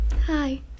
Hi